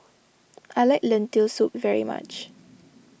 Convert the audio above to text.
I like Lentil Soup very much